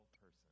person